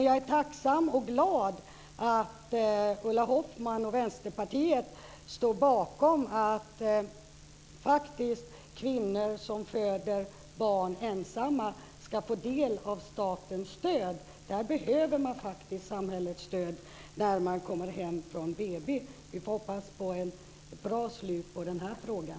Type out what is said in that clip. Jag är tacksam och glad att Ulla Hoffmann och Vänsterpartiet står bakom att kvinnor som föder barn ensamma ska få del av statens stöd. De behöver faktiskt samhällets stöd när de kommer hem från BB. Vi får hoppas på ett bra slut i den här frågan.